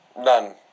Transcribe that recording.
None